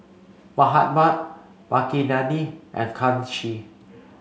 Mahatma Makineni and Kanshi